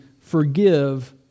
forgive